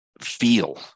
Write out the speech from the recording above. Feel